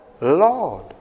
Lord